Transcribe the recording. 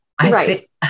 Right